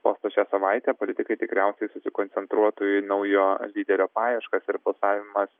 posto šią savaitę politikai tikriausiai susikoncentruotų į naujo lyderio paieškas ir balsavimas